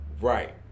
Right